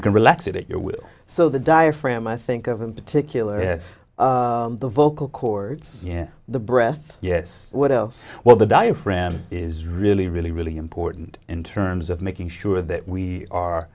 you can relax it your will so the diaphragm i think of in particular as the vocal chords the breath yes what else well the diaphragm is really really really important in terms of making sure that we are